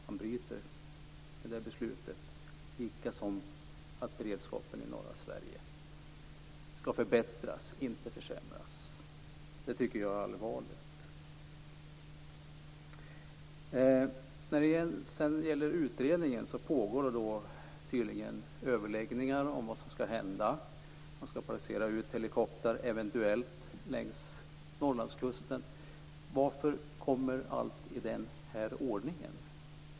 Man bryter mot det beslutet, liksom att beredskapen i norra Sverige skall förbättras, inte försämras. Det tycker jag är allvarligt. När det gäller utredningen pågår tydligen överläggningar om vad som skall hända. Man skulle eventuellt placera ut helikoptrar längs Norrlandskusten. Varför kommer allt i den här ordningen?